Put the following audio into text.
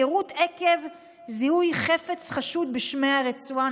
יירוט עקב זיהוי חפץ חשוד בשמי הרצועה,